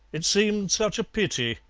it seemed such a pity,